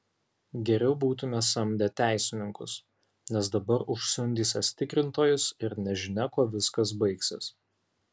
geriau būtume samdę teisininkus nes dabar užsiundysiąs tikrintojus ir nežinia kuo viskas baigsis